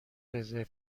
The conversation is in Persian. رزرو